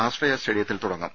ആശ്രയ സ്റ്റേഡിയത്തിൽ തുടങ്ങും